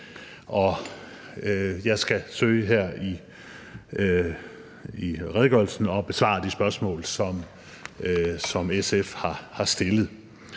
jeg skal søge her at besvare de spørgsmål, som SF har stillet.